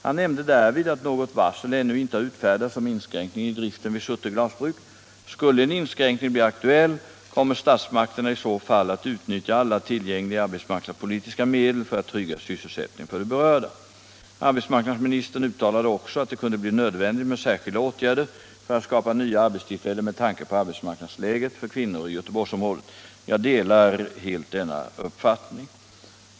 Han nämnde därvid att något varsel ännu inte har utfärdats om inskränkning i driften vid Surte glasbruk. Skulle en inskränkning bli aktuell kommer statsmakterna i så fall att utnyttja alla tillgängliga arbetsmarknadspolitiska medel för att trygga sysselsättningen för de berörda. Arbetsmarknadsministern uttalade också att det kunde bli nödvändigt med särskilda åtgärder för att skapa nya arbetstillfällen med tanke på arbetsmarknadsläget för kvinnor i Göteborgsområdet. Jag delar denna uppfattning.